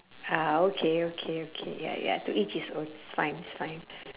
ah okay okay okay ya ya to each his own it's fine it's fine